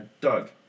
Doug